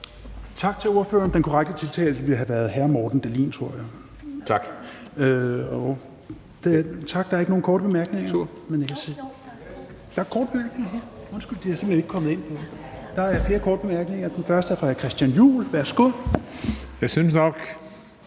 Tak til ordføreren. Den korrekte tiltale ville have været »hr. Morten Dahlin«, tror jeg. Der er ikke nogen korte bemærkninger. Jo, undskyld, der er korte bemærkninger. Undskyld, de var simpelt hen ikke kommet ind her. Der er flere korte bemærkninger, og den første er fra hr. Christian Juhl. Værsgo. Kl.